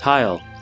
Tile